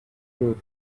good